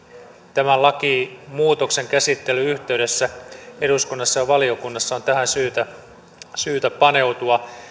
tämän lakimuutoksen käsittelyn yhteydessä eduskunnassa ja valiokunnassa on tähän syytä paneutua